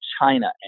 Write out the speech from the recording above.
China